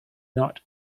not